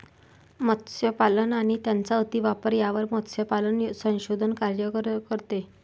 मत्स्यपालन आणि त्यांचा अतिवापर यावर मत्स्यपालन संशोधन कार्य करते